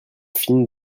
fine